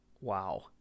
wow